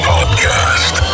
Podcast